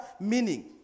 meaning